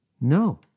No